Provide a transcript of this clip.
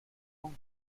hong